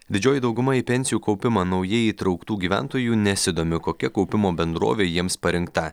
didžioji dauguma į pensijų kaupimą naujai įtrauktų gyventojų nesidomi kokia kaupimo bendrovė jiems parinkta